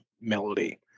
melody